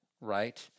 right